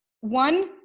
one